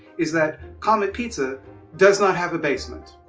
is that comet pizza does not have a basement.